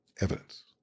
evidence